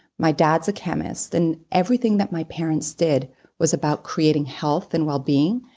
my dad's a chemist and everything that my parents did was about creating health and well-being,